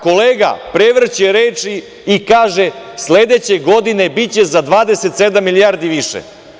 Kolega prevrće reči i kaže sledeće godine biće za 27 milijardi više.